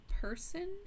person